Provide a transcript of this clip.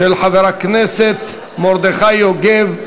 של חבר הכנסת מרדכי יוגב.